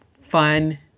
fun